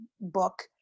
book